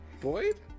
Boyd